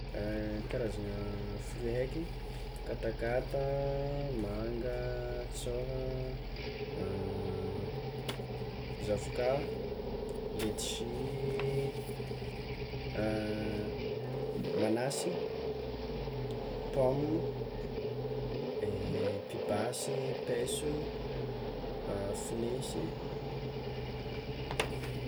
Karazagna fruit haiky: katakata, manga, tsôha, zavoka, letsia, manasy, pomme, pibasy, paiso, finesy.